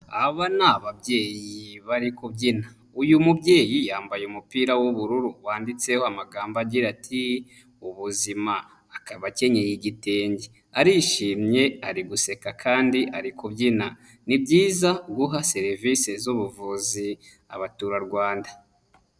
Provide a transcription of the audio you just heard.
Aba ni ababyeyi bari kubyina, uyu mubyeyi yambaye umupira w'ubururu wanditseho amagambo agira ati ubuzima, akaba akenyeye igitenge, arishimye ari guseka kandi ari kubyina, ni byiza guha serivisi z'ubuvuzi abaturarwanda.